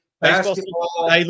Basketball